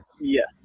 Yes